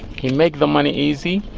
he make the money easy,